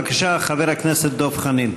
בבקשה, חבר הכנסת דב חנין.